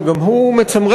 שגם הוא מצמרר,